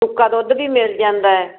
ਸੁੱਕਾ ਦੁੱਧ ਵੀ ਮਿਲ ਜਾਂਦਾ